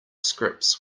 scripts